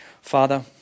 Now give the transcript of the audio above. Father